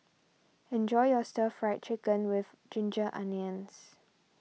enjoy your Stir Fried Chicken with Ginger Onions